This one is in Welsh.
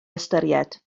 hystyried